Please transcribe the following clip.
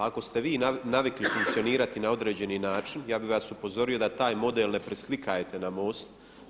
Ako ste vi navikli funkcionirati na određeni način ja bih vas upozorio da taj model ne preslikavate na MOST.